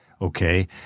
Okay